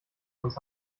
uns